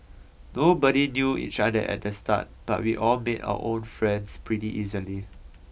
nobody knew each other at the start but we all made our own friends pretty easily